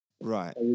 Right